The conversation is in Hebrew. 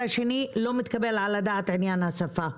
בנוסף, לא מתקבל על הדעת עניין השפה,